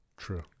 true